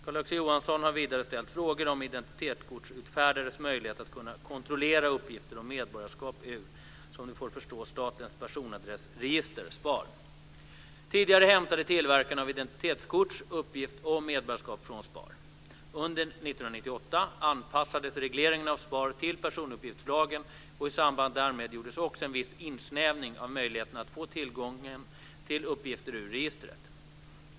Carl-Axel Johansson har vidare ställt frågor om identitetskortsutfärdares möjlighet att kontrollera uppgift om medborgarskap ur - som det får förstås - Tidigare hämtade tillverkarna av identitetskort uppgift om medborgarskap från SPAR. Under 1998 anpassades regleringen av SPAR till personuppgiftslagen och i samband därmed gjordes också en viss insnävning av möjligheterna att få tillgång till uppgifter ur registret.